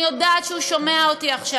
אני יודעת שהוא שומע אותי עכשיו: